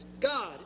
God